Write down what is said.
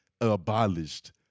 abolished